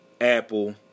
Apple